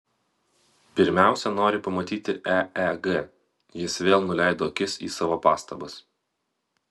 pirmiausia nori pamatyti eeg jis vėl nuleido akis į savo pastabas